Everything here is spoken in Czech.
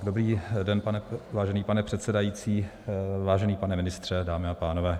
Dobrý den, vážený pane předsedající, vážený pane ministře, dámy a pánové.